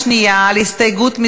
הכנסת אביגדור ליברמן,